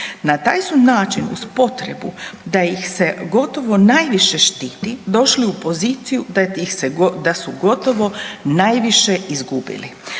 Na taj su način uz potrebu da ih se gotovo najviše štiti došli u poziciju da su gotovo najviše izgubili.